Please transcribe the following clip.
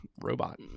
robot